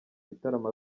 bitaramo